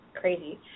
crazy